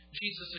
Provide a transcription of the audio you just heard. Jesus